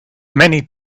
many